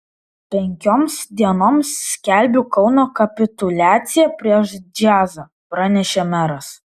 penkioms dienoms skelbiu kauno kapituliaciją prieš džiazą pranešė meras